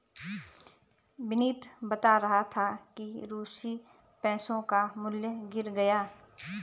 विनीत बता रहा था कि रूसी पैसों का मूल्य गिर गया है